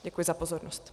Děkuji za pozornost.